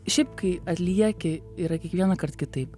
šiaip kai atlieki yra kiekvienąkart kitaip